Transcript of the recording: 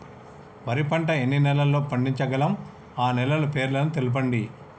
వరి పంట ఎన్ని నెలల్లో పండించగలం ఆ నెలల పేర్లను తెలుపండి?